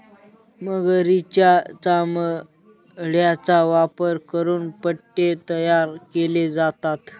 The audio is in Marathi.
मगरीच्या चामड्याचा वापर करून पट्टे तयार केले जातात